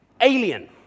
alien